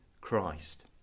Christ